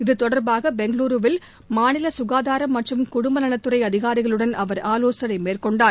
இது தொடர்பாக பெங்களுருவில் மாநில சுகாதாரம் மற்றும் குடும்ப நலத்துறை அதிகாரிகளுடன் அவர் ஆலோசனை மேற்கொண்டார்